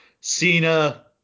Cena